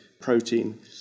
protein